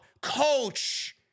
coach